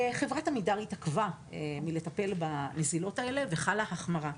חברת עמידר התעכבה מלטפל בנזילות האלה וחלה החמרה.